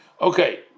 Okay